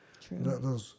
True